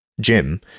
Jim